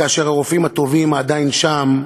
כאשר הרופאים הטובים עדיין שם,